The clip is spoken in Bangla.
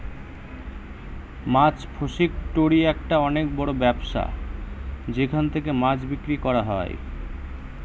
মাছ ফাসিকটোরি একটা অনেক বড় ব্যবসা যেখান থেকে মাছ বিক্রি করা হয়